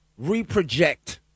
reproject